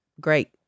great